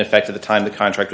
effect at the time the contract